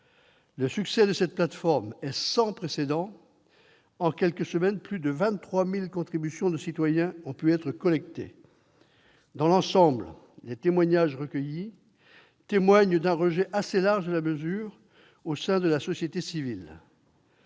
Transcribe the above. Le succès de cette plateforme est sans précédent : en quelques semaines, plus de 23 000 contributions de citoyens ont pu être collectées ! Dans l'ensemble, les témoignages recueillis font état d'un rejet assez large de la mesure au sein de la société civile.